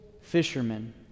fishermen